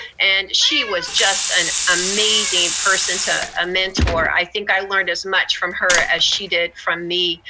and she was just an amazing person to ah mentor. i think i learned as much from her as she did from me,